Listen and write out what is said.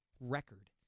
record